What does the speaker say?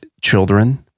children